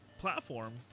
platform